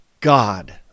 God